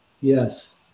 yes